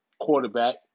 quarterback